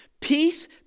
peace